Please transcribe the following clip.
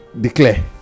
declare